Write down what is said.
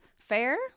fair